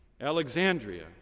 Alexandria